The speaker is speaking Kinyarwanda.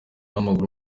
w’amaguru